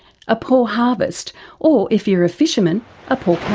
a poor harvest or if you're a fisherman a poor